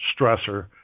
stressor